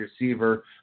receiver